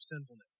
sinfulness